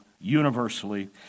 universally